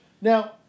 Now